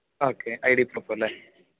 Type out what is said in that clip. okay I D proof അല്ലേ